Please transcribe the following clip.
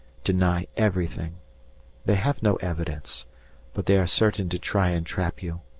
deny everything they have no evidence but they are certain to try and trap you.